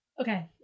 Okay